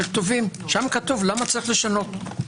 שם כתוב למה צריך לשנות.